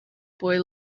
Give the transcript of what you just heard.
boy